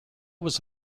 was